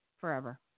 forever